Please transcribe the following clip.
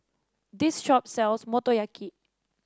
this shop sells Motoyaki